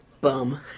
Bum